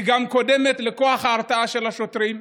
גם קודמת לכוח ההרתעה של השוטרים?